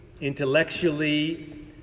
Intellectually